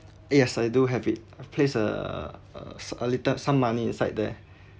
yes I do have it I've place uh a s~ a little some money inside there